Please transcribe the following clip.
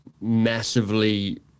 massively